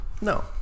No